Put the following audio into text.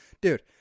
Dude